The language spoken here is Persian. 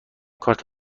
کارت